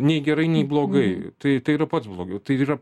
nei gerai nei blogai tai tai yra pats blogiau tai yra